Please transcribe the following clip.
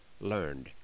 learned